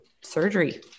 surgery